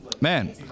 man